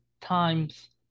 times